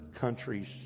countries